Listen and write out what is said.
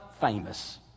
famous